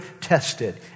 tested